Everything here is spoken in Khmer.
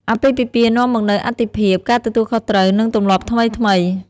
អាពាហ៍ពិពាហ៍នាំមកនូវអាទិភាព ការទទួលខុសត្រូវ និងទម្លាប់ថ្មីៗ។